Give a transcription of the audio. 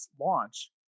launch